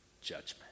judgment